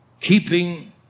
keeping